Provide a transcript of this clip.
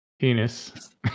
Penis